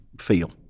feel